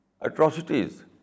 atrocities